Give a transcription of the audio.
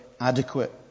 adequate